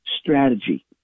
strategy